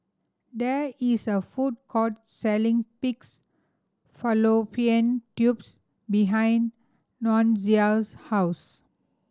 there is a food court selling pig's fallopian tubes behind Nunzio's house